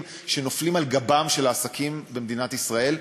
שנופלים על גבם של העסקים במדינת ישראל.